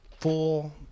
full